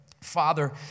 Father